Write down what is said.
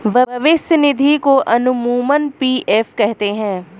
भविष्य निधि को अमूमन पी.एफ कहते हैं